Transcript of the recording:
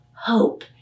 Hope